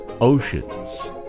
oceans